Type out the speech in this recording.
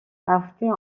هفته